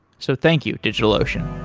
so thank you, digitalocean